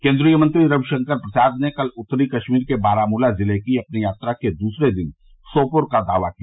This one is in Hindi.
केंद्रीय मंत्री रविशंकर प्रसाद ने कल उत्तरी कश्मीर के बारामूला जिले की अपनी यात्रा के दूसरे दिन सोपोर का दौरा किया